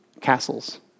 castles